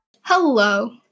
Hello